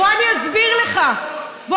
בוא אני אסביר לך, אני יכול להסביר לך.